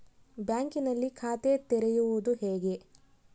ಬ್ಯಾಂಕಿನಲ್ಲಿ ಖಾತೆ ತೆರೆಯುವುದು ಹೇಗೆ?